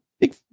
big